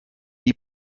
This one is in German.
die